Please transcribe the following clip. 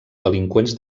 delinqüents